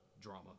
drama